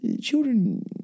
Children